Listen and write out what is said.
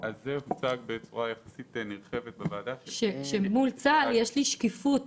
אז זה הוצג בצורה יחסית נרחבת בוועדה --- אל מול צה"ל יש לי שקיפות